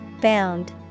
Bound